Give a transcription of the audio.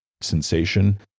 sensation